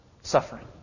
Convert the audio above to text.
suffering